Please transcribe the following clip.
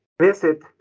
visit